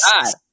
God